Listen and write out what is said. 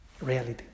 reality